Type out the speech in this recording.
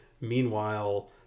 Meanwhile